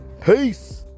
Peace